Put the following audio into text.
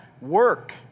work